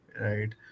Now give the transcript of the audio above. right